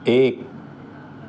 एक